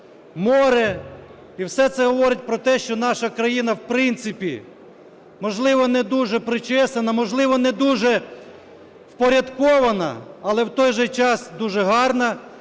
море. І все це говорить про те, що наша країна, в принципі, можливо, не дуже "причесана", можливо, не дуже впорядкована, але в той же час дуже гарна.